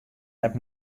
net